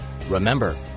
Remember